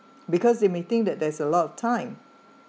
because they may think that there's a lot of time